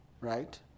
right